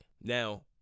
Now